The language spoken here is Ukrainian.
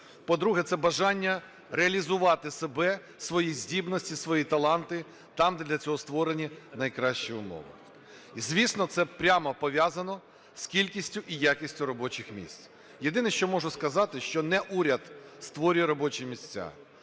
По-друге, це бажання реалізувати себе, свої здібності, свої таланти там, де для цього створені найкращі умови. Звісно, це прямо пов'язано з кількістю і якістю робочих місць. Єдине що можу сказати, що не уряд створює робочі місця.